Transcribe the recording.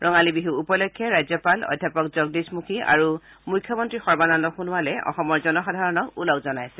ৰঙালী বিহু উপলক্ষ্যে ৰাজ্যপাল অধ্যাপক জগদীশ মুখী আৰু মুখ্যমন্ত্ৰী সৰ্বানন্দ সোণোৱালে অসমৰ জনসাধাৰণক ওলগ জনাইছে